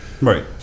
Right